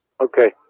Okay